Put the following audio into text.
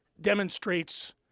demonstrates